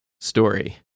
story